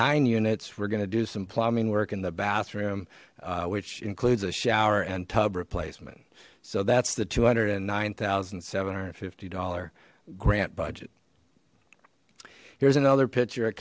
nine units we're going to do some plumbing work in the bathroom which includes a shower and tub replacement so that's the two hundred and nine thousand seven hundred fifty dollar grant budget here's another p